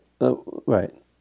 Right